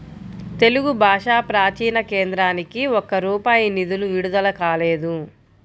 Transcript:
తెలుగు భాషా ప్రాచీన కేంద్రానికి ఒక్క రూపాయి నిధులు విడుదల కాలేదు